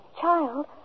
Child